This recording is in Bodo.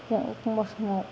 एखमब्ला समाव